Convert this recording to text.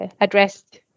addressed